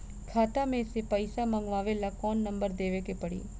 खाता मे से पईसा मँगवावे ला कौन नंबर देवे के पड़ी?